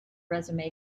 resume